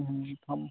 हूं हम